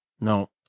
No